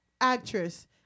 Actress